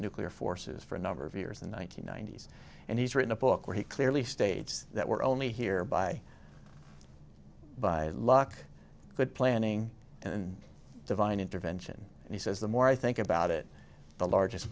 nuclear forces for a number of years in one thousand ninety's and he's written a book where he clearly states that we're only here by by luck good planning and divine intervention and he says the more i think about it the largest